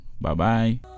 Bye-bye